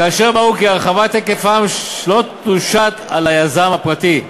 כאשר ברור כי הרחבת היקפם לא תושת על היזם הפרטי.